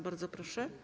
Bardzo proszę.